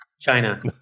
China